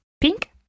Pink